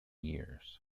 years